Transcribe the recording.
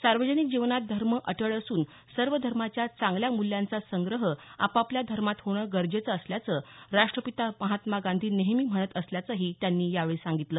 सार्वजनिक जीवनात धर्म अटळ असून सर्व धर्माच्या चांगल्या मूल्यांचा संग्रह आपआपल्या धर्मात होणे गरजेचं असल्याचं राष्ट्रपिता महात्मा गांधी नेहमी म्हणत असल्याचंही त्यांनी यावेळी सांगितलं